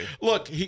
Look